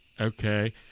okay